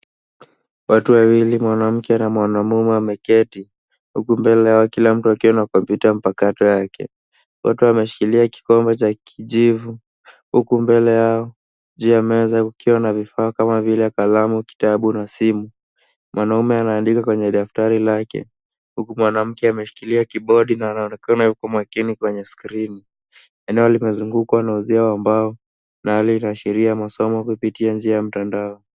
Watu wawili mwanamke na mwanaume wameketi huku mbele yao kila mtu akiwa na kompyuta mpakato yake. Wote wamekishikilia kikombe cha kijivu huku mbele yao juu ya meza kukiwa na vifaa kama vile kalamu, kitabu na simu. Mwanamume anaandika kwenye daftari lake huku mwanamke ameshikilia kibodi na anaonekana yuko makini kwenye skrini. Eneo limezungukwa na uzio wa mbao na hali inaashiria masomo kupitia njia ya mtandao.